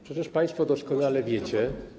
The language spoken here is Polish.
Przecież państwo doskonale wiecie.